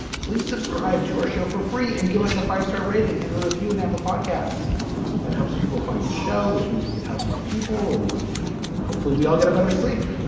please subscribe to our show for free and give us a five star rating and a review and app a podcasts that helps people find the show, which means we can help more people and hopefully we all get a better sleep